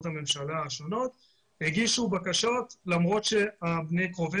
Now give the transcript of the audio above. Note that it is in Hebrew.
הממשלה השונות הגישו בקשות למרות שקרובי